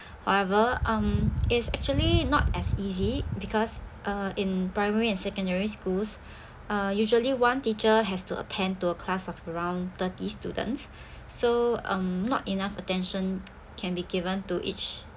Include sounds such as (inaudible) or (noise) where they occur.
however um it's actually not as easy because uh in primary and secondary schools (breath) uh usually one teacher has to attend to a class of around thirty students (breath) so um not enough attention can be given to each